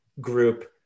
group